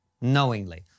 knowingly